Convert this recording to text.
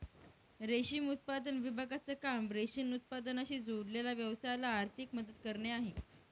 रेशम उत्पादन विभागाचं काम रेशीम उत्पादनाशी जोडलेल्या व्यवसायाला आर्थिक मदत करणे आहे